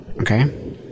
Okay